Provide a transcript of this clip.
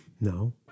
no